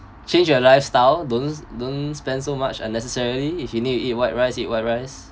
change your lifestyle don't don't spend so much unnecessary if you need to eat white rice eat white rice